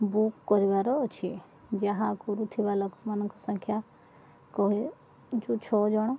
book କରିବାର ଅଛି ଯାହା କରୁଥିବା ଲୋକମାନଙ୍କ ସଂଖ୍ୟା କହି ଏ ଯେଉଁ ଛଅ ଜଣ